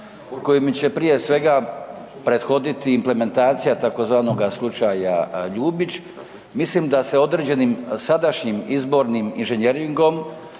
kojim će prije svega prethoditi implementacija tzv. slučaja Ljubić, mislim da se određenim sadašnjim izbornim inženjeringom